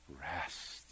rest